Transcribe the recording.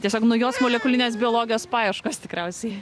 tiesiog nujos molekulinės biologijos paieškos tikriausiai